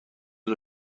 دار